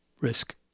risk